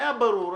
היה ברור,